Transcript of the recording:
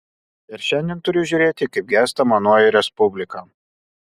ir šiandien turiu žiūrėti kaip gęsta manoji respublika